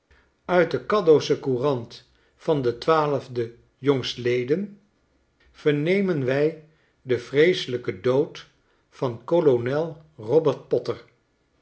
uit de oaddo'sche couranf van den twaalfden leden vernemen wij den vreeselijken dood van kolonel